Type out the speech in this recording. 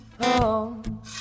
home